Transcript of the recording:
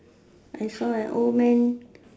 I saw an old man